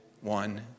one